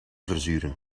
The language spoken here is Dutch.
verzuren